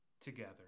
together